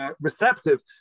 receptive